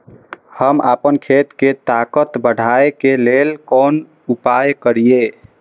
हम आपन खेत के ताकत बढ़ाय के लेल कोन उपाय करिए?